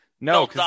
No